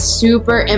super